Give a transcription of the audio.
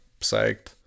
psyched